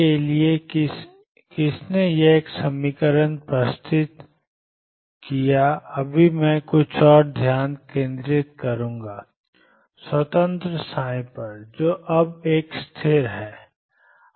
के लिए किसने एक समीकरण प्रस्तावित किया अभी मैं कुछ पर ध्यान केंद्रित करूंगा स्वतंत्र पर जो अब स्थिर है